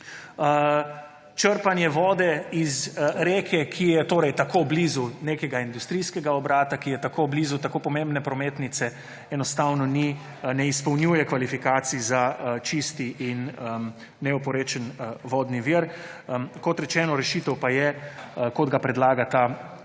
Črpanje vode iz reke, ki je tako blizu nekega industrijskega obrata, ki je tako blizu tako pomembne prometnice, enostavno ne izpolnjuje kvalifikacij za čist in neoporečen vodni vir. Kot rečeno, rešitev pa je, kot predlaga ta amandma,